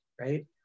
right